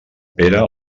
pere